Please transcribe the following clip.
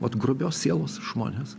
vat grubios sielos žmonės